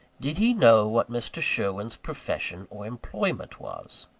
did he know what mr. sherwin's profession or employment was?